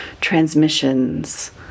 transmissions